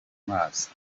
mazi